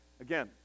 Again